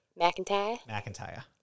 McIntyre